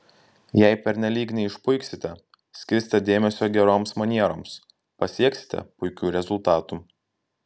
jei pernelyg neišpuiksite skirsite dėmesio geroms manieroms pasieksite puikių rezultatų